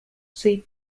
see